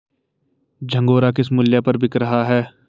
झंगोरा किस मूल्य पर बिक रहा है?